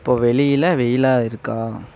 இப்போது வெளியில் வெயிலாக இருக்கா